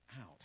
out